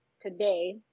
today